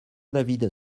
david